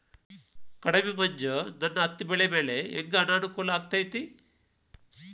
ಕಡಮಿ ಮಂಜ್ ನನ್ ಹತ್ತಿಬೆಳಿ ಮ್ಯಾಲೆ ಹೆಂಗ್ ಅನಾನುಕೂಲ ಆಗ್ತೆತಿ?